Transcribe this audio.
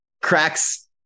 Cracks